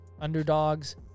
underdogs